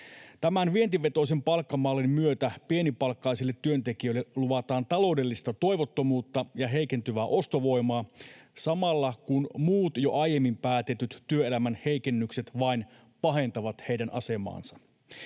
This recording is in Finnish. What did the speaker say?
Tämän vientivetoisen palkkamallin myötä pienipalkkaisille työntekijöille luvataan taloudellista toivottomuutta ja heikentyvää ostovoimaa, samalla kun muut, jo aiemmin päätetyt työelämän heikennykset vain pahentavat heidän asemaansa.